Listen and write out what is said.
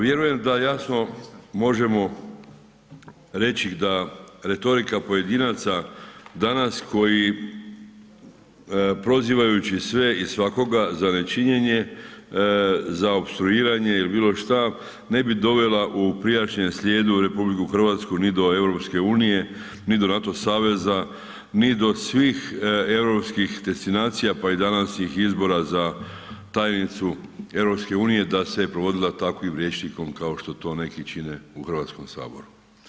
Vjerujem da jasno možemo reći da retorika pojedinaca danas koji prozivajući sve i svakoga za nečinjenje, za opstruiranje ili bilo šta ne bi dovesla u prijašnjem slijedu RH ni do EU, ni do NATO saveza, ni do svih europskih destinacija pa i današnjih izbora za tajnicu EU da se provodila takvim rječnikom kao što to neki čine u Hrvatskom saboru.